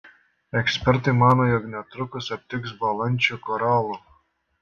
ekspertai mano jog netrukus aptiks bąlančių koralų